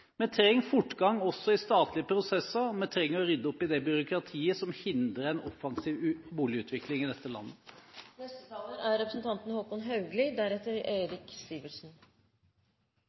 trenger fortgang også i statlige prosesser, vi trenger å rydde opp i det byråkratiet som hindrer en offensiv boligutvikling i dette landet. Når det gjelder Representanten